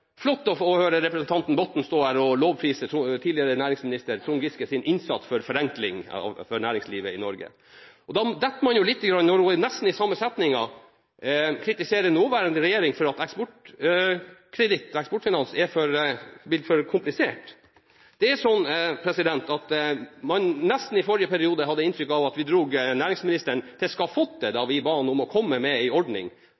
flott å høre representanten Botten stå her og lovprise tidligere næringsminister Trond Giskes innsats for forenkling for næringslivet i Norge. Da detter man litt når representanten, nesten i samme setning, kritiserer nåværende regjering for at Eksportkreditt blir for komplisert. I forrige periode fikk vi nesten inntrykk av at vi dro næringsministeren til skafottet da vi ba ham om å komme med en ordning for eksportkredittloven. En samlet komité uttalte da: «Komiteen ser det